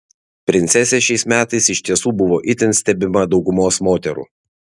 princesė šiais metais iš tiesų buvo itin stebima daugumos moterų